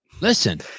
listen